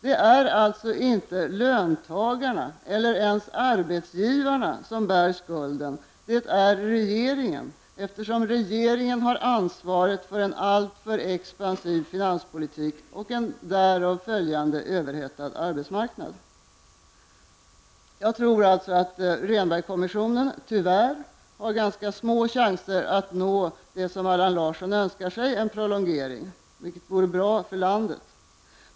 Det är alltså inte löntagarna, eller ens arbetsgivarna, som bär skulden. Det är regeringen, eftersom regeringen har ansvaret för en alltför expansiv finanspolitik och en därav följande överhettad arbetsmarknad. Jag tror alltså att Rehnbergkommissionen -- tyvärr -- har ganska små chanser att nå det som Allan Larsson önskar sig, nämligen en prolongering -- vilket vore bra för landet.